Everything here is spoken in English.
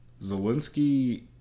Zelensky